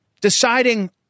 deciding